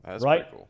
right